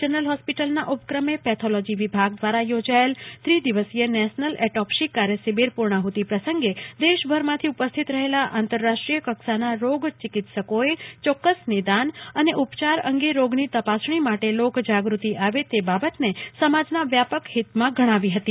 general હોસ્પિટલના ઉપક્રમે pathology વિભાગ દ્વારા યોજાયેલા ત્રિ દિવસીય નેશનલ ઓટોપ્સી વર્કશોપનાં પુર્ણાહતિ પ્રસંગે દેશભરમાંથી ઉપસ્થિત રહેલા આંતરરાષ્ટ્રીય કક્ષાના રોગ ચિકિત્સકોએ ચોક્કસ નિદાન અને ઉપચાર અંગે રોગની તપાસણી માટે લોકજાગૂતિ આવે એ બાબતને સમાજના વ્યાપક હિતમાં ગણાવી હતી